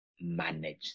manage